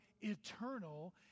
eternal